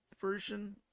version